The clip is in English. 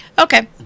okay